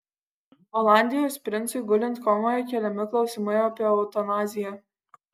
olandijos princui gulint komoje keliami klausimai apie eutanaziją